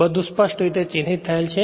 બધું સ્પષ્ટ રીતે ચિહ્નિત થયેલ છે